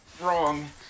wrong